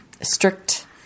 strict